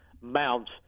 mount